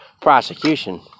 prosecution